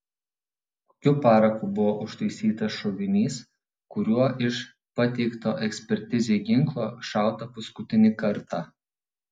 kokiu paraku buvo užtaisytas šovinys kuriuo iš pateikto ekspertizei ginklo šauta paskutinį kartą